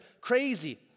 crazy